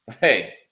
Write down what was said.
Hey